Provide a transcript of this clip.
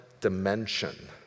dimension